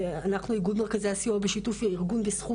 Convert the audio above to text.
אנחנו - איגוד מרכזי הסיוע בשיתוף ארגון בזכות,